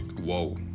Whoa